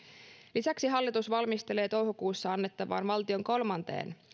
lisäksi hallitus valmistelee toukokuussa annettavaan valtion kolmanteen